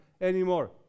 anymore